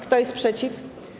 Kto jest przeciw?